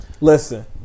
Listen